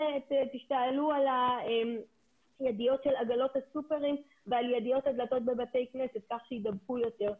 תשתעלו עלי עגלות הסופרים ועל ידיות הדלתות בבתי כנסת כך שיידבקו יותר.